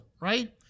right